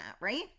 Right